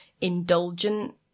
indulgent